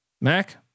Mac